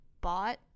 bought